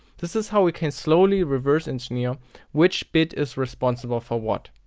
this is how we can slowly reverse engineer which bit is responsible for what.